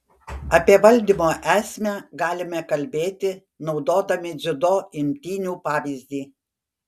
apie valdymo esmę galime kalbėti naudodami dziudo imtynių pavyzdį